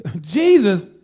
Jesus